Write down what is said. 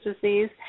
disease